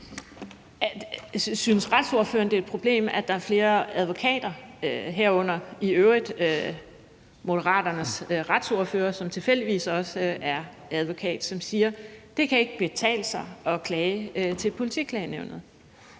synes, at det er et problem, at der er flere advokater, herunder i øvrigt Moderaternes retsordfører, som tilfældigvis også er advokat, som siger, at det ikke kan betale sig at klage til Politiklagemyndigheden